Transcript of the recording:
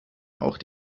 auch